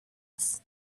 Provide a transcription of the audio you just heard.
aus